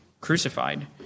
crucified